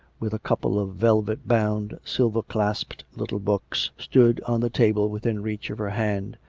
with a couple of velvet-bound, silver-clasped little books, stood on the table within reach of her hand,